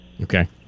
Okay